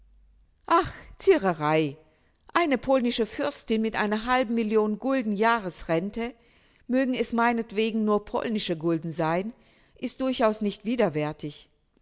ach ziererei eine polnische fürstin mit einer halben million gulden jahresrente mögen es meinetwegen nur polnische gulden sein ist durchaus nicht widerwärtig